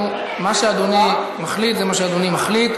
מה שאדוני מחליט זה מה שאדוני מחליט.